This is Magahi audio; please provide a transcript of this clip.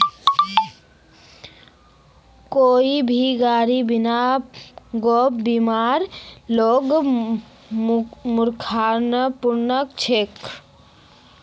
कोई भी गाड़ी बिना गैप बीमार लेना मूर्खतापूर्ण छेक